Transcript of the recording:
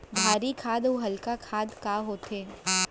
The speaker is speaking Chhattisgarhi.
भारी खाद अऊ हल्का खाद का होथे?